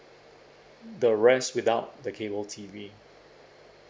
the rest without the cable T_V